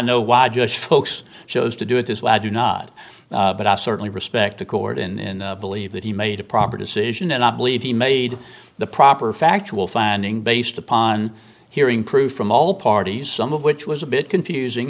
know why just folks chose to do it this lad do not but i certainly respect the court in believe that he made a proper decision and i believe he made the proper factual finding based upon hearing proof from all parties some of which was a bit confusing